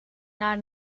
naar